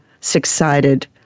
six-sided